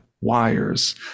wires